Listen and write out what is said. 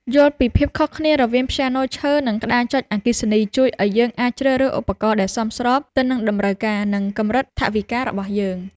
យល់ពីភាពខុសគ្នារវាងព្យ៉ាណូឈើ និងក្តារចុចអគ្គិសនីជួយឱ្យយើងអាចជ្រើសរើសឧបករណ៍ដែលសមស្របទៅនឹងតម្រូវការ និងកម្រិតថវិការបស់យើង។